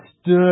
stood